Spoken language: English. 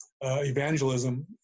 evangelism